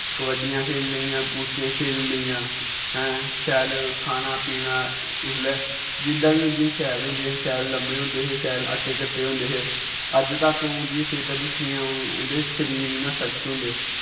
कबड्डियां खेल्ली लेइयां कुश्तियां खेल्ली लेइयां हैं शैल खाना पीना उसलै जिं'दां बी उं'दियां शैल होंदियां शैल लम्मे होंदे हे शैल हट्टे कट्टे होंदे हे अज्ज तक उं'दियां सेह्तां दिक्खनियां होन उं'दे शरीर इ'यां सख्त होंदे